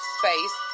space